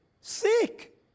sick